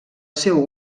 seu